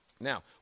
Now